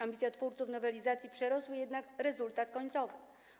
Ambicje twórców nowelizacji przerosły jednak rezultat końcowy.